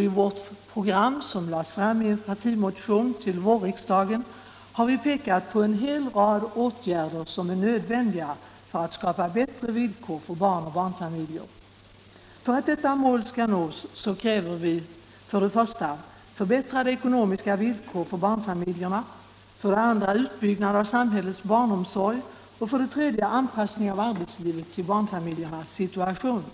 I vårt program, som lades fram i en partimotion till vårriksdagen, har vi pekat på en hel rad åtgärder som är nödvändiga för att skapa bättre villkor för barn och barnfamiljer. För att detta mål skall nås kräver vi för det första förbättrade ekonomiska villkor för barnfamiljerna, för det andra utbyggnad av samhällets barnomsorg och för det tredje anpassning av arbetslivet till barnfamiljernas situation.